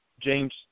James